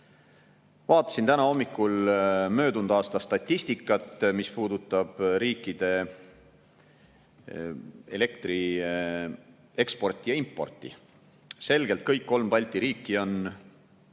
Vaatasin täna hommikul möödunud aasta statistikat, mis puudutab riikide elektrieksporti ja ‑importi. Kõik kolm Balti riiki on